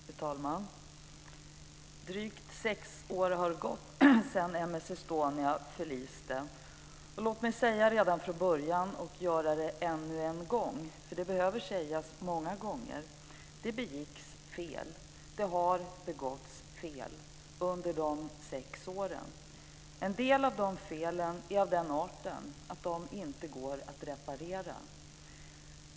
Fru talman! Drygt sju år har gått sedan M/S Estonia förliste. Låt mig redan från början och ännu en gång säga; för det behöver sägas många gånger: Det begicks fel, och det har begåtts fel under dessa sju år. En del av de felen är av den arten att de inte går att reparera.